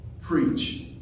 preach